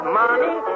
money